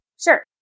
Sure